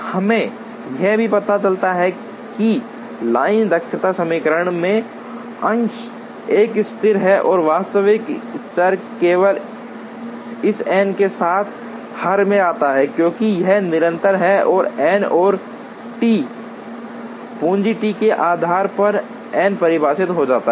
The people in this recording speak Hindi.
हमें यह भी पता चलता है कि लाइन दक्षता समीकरण में अंश एक स्थिर है और वास्तविक चर केवल इस एन के साथ हर में आता है क्योंकि यह निरंतर है और एन और टी पूंजी टी के आधार पर एन परिभाषित हो जाता है